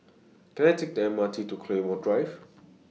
Can I Take The M R T to Claymore Drive